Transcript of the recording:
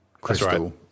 crystal